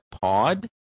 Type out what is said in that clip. pod